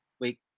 wait